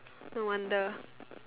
no wonder